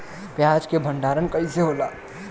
प्याज के भंडारन कइसे होला?